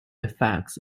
effects